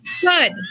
Good